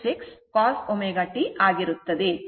66 cos ω t ಆಗಿರುತ್ತದೆ